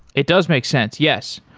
it does make sense. yes.